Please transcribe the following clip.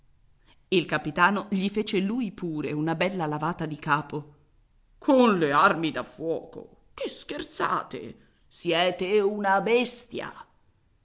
il capitano gli fece lui pure una bella lavata di capo con le armi da fuoco che scherzate siete una bestia